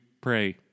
pray